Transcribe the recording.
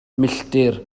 milltir